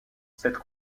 cette